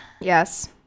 yes